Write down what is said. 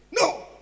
No